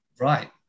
Right